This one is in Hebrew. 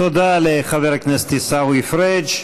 תודה לחבר הכנסת עיסאווי פריג'.